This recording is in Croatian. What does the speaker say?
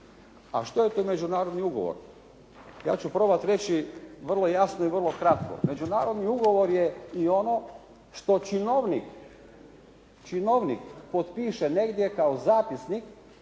A što je to međunarodni ugovor? Ja ću probati reći vrlo jasno i vrlo kratko. Međunarodni ugovor je i ono što činovnik potpiše negdje kao zapisnik